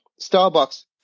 starbucks